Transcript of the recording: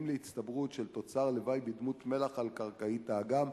להצטברות תוצר לוואי בדמות מלח על קרקעית האגם.